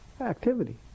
activity